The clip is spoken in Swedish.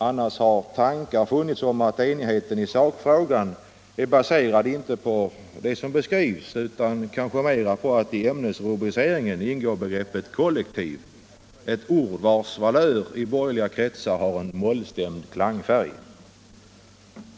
Annars har tankar funnits om att minoritetens gemensamma grund inte är baserad på det som beskrivs utan mera på att i ämnesrubriceringen ingår begreppet kollektiv, ett ord vars valör i borgerliga kretsar har en mollstämd klangfärg.